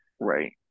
right